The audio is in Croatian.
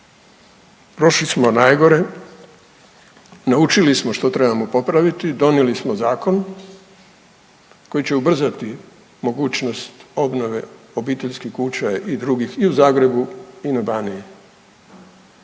prošli smo najgore, naučili smo što trebamo popraviti, donijeli smo zakon koji će ubrzati mogućnost obnove obiteljskih kuća i drugih i u Zagrebu i na Baniji,